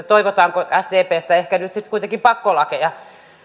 toivotaanko sdpstä ehkä nyt sitten kuitenkin pakkolakeja